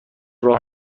راه